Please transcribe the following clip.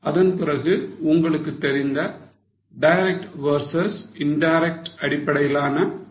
அதன் பிறகு உங்களுக்கு தெரிந்த direct versus indirect cost அடிப்படையிலான classification